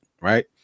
right